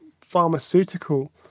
pharmaceutical